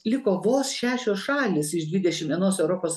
liko vos šešios šalys iš dvidešim vienos europos